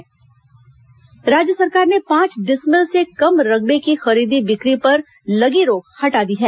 रकबा पंजीयन राज्य सरकार ने पांच डिसमिल से कम रकबे की खरीदी बिक्री पर लगी रोक हटा दी है